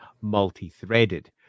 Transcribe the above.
multi-threaded